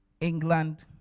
England